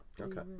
okay